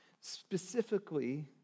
specifically